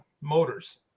motors